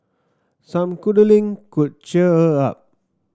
some cuddling could cheer her up